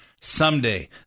someday